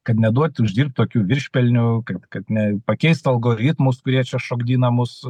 kad neduoti uždirbt tokių viršpelnių kaip kad ne pakeist algoritmus kurie šokdina mus